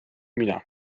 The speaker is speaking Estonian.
mina